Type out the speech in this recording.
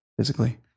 physically